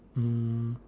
um